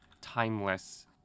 timeless